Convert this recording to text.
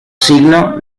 siglos